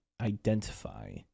identify